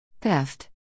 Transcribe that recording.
Theft